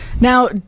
Now